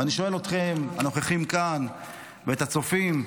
ואני שואל אתכם הנוכחים כאן ואת הצופים,